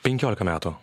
penkiolika metų